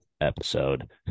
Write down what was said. episode